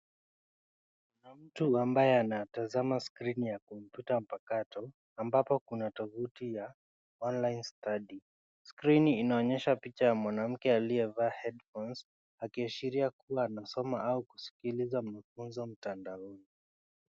Mtu ambaye anatazama screen ya kompyuta mpakato, ambayo kuna tovuti ya online study . Skirini inaonyesha picha ya mwanamke aliyevaa headphones ,akiashiria kuwa anasoma au kusikiliza mafunzo mtandaoni.